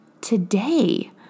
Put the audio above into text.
today